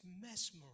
mesmerized